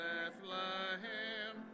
Bethlehem